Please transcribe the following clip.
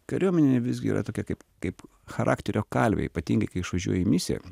kariuomenė visgi yra tokia kaip kaip charakterio kalvė ypatingai kai išvažiuoji į misiją